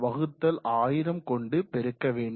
41000 கொண்டு பெருக்க வேண்டும்